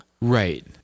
Right